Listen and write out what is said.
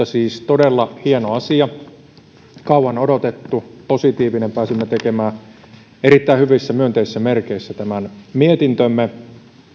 siis todella hieno asia kauan odotettu positiivinen pääsimme tekemään erittäin hyvissä myönteisissä merkeissä tämän mietintömme